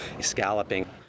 scalloping